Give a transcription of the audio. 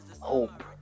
hope